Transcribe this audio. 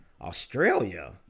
Australia